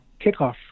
kickoff